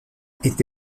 était